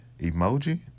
Emoji